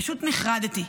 פשוט נחרדתי.